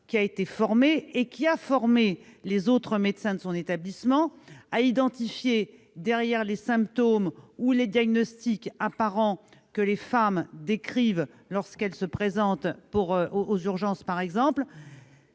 ont été formés et ont formé les autres médecins de leur établissement à identifier, derrière les symptômes ou les diagnostics apparents que les femmes décrivent lorsqu'elles se présentent, par exemple,